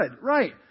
Right